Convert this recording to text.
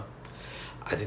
ya